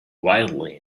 wildly